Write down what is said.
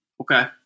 okay